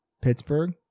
Pittsburgh